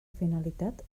finalitat